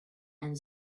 and